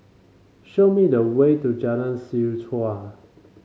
show me the way to Jalan Seh Chuan